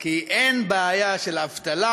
כי אין בעיה של אבטלה,